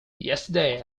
yesterday